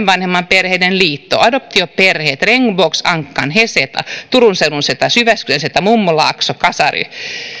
vanhemman perheiden liitto adoptioperheet regnbåksankan heseta turun seudun seta jyväskylän seta mummolaakso kasary